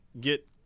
get